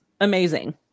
amazing